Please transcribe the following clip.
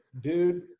dude